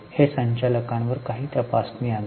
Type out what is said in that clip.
हे संचालकांवर काही तपासणी आणते